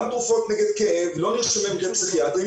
גם תרופות נגד כאב לא נרשמות על ידי פסיכיאטרים